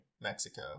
Mexico